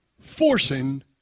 forcing